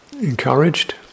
encouraged